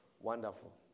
Wonderful